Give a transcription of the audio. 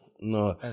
No